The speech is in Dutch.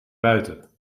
buiten